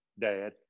dad